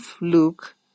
Luke